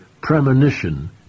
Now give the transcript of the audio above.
premonition